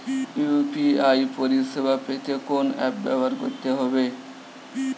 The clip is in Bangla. ইউ.পি.আই পরিসেবা পেতে কোন অ্যাপ ব্যবহার করতে হবে?